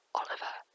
Oliver